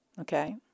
Okay